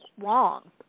wrong